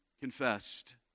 confessed